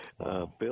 Bill